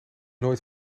nooit